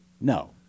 no